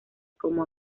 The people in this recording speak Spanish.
como